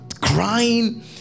crying